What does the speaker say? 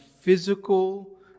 physical